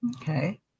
Okay